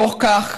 בתוך כך